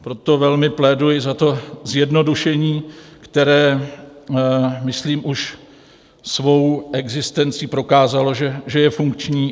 Proto velmi pléduji za to zjednodušení, které myslím už svou existencí prokázalo, že je funkční.